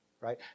right